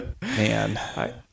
man